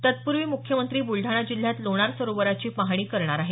तत्पूर्वी मुख्यमंत्री ब्लडाणा जिल्ह्यात लोणार सरोवराची पाहणी करणार आहेत